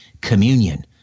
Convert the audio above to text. Communion